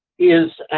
is,